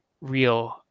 real